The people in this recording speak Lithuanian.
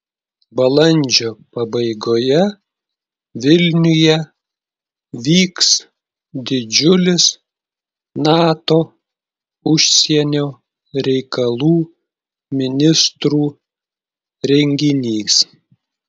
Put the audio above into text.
balandžio pabaigoje vilniuje vyks didžiulis nato užsienio reikalų ministrų renginys